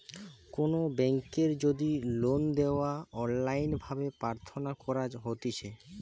কোনো বেংকের যদি লোন লেওয়া অনলাইন ভাবে প্রার্থনা করা হতিছে